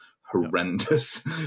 horrendous